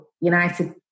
United